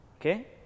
Okay